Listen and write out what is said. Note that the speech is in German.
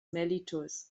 mellitus